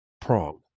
prong